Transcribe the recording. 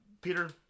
Peter